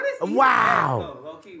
Wow